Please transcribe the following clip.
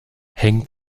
hängt